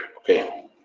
okay